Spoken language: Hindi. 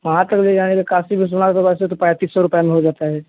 वहाँ तक ले जाने के काशी विश्वनाथ को वैसे तो पैंतीस सौ रुपये में हो जाता है